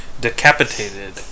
Decapitated